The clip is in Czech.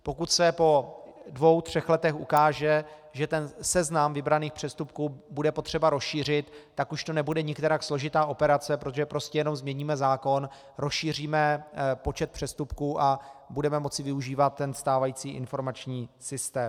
Pokud se po dvou třech letech ukáže, že seznam vybraných přestupků bude třeba rozšířit, tak už to nebude nikterak složitá operace, protože prostě jenom změníme zákon, rozšíříme počet přestupků a budeme moci využívat stávající informační systém.